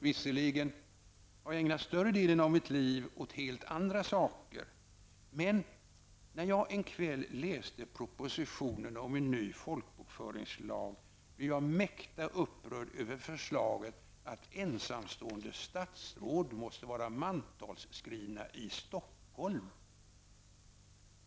Visserligen har jag ägnat större delen av mitt liv åt helt andra saker, men när jag en kväll läste propositionen om en ny folkbokföringslag blev jag mäkta upprörd över förslaget att ensamstående statsråd måste vara mantalsskrivna i Stockholm.